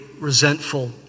resentful